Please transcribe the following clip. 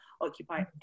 occupy